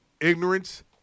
Ignorance